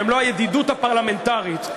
במלוא הידידות הפרלמנטרית,